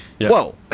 Whoa